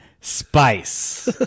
spice